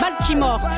Baltimore